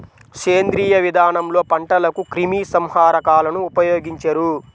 సేంద్రీయ విధానంలో పంటలకు క్రిమి సంహారకాలను ఉపయోగించరు